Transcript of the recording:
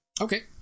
Okay